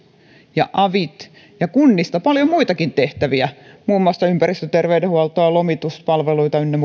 ja avit ja kunnista paljon muitakin tehtäviä muun muassa ympäristö terveydenhuolto lomituspalveluita ynnä